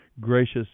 gracious